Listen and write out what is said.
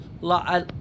La